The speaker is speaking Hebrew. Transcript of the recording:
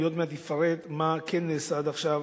אני עוד מעט אפרט מה כן נעשה עד עכשיו